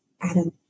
adam